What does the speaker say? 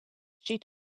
she